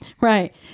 Right